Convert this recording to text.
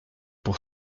pour